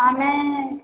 ଆମେ